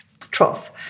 trough